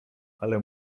ale